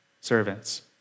servants